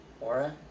aura